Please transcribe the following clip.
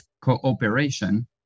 cooperation